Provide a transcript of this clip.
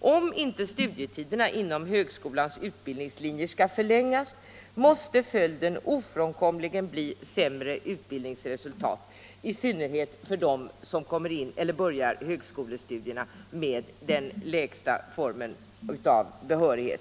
Om inte studietiderna inom högskolans utbildningslinjer skall förlängas, måste följden ofrånkomligen bli sämre utbildningsresultat, i synnerhet för dem som börjar högskolestudierna med den lägsta formen av behörighet.